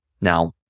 Now